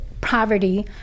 poverty